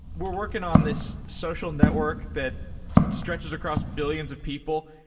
we're working on this social network that stretches across billions of people,